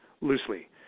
loosely